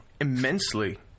immensely